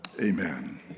Amen